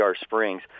Springs